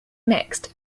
mixed